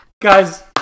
Guys